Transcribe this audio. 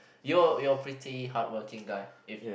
you you're pretty hardworking guy